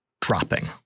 dropping